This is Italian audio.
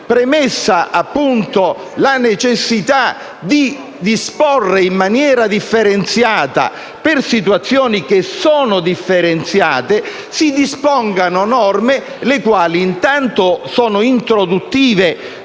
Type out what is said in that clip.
premessa appunto la necessità di disporre in maniera differenziata situazioni che sono differenziate, si dispongano norme introduttive